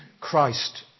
Christ